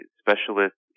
specialist